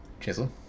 chisel